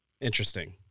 Interesting